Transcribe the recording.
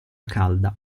calda